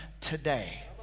today